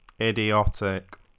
idiotic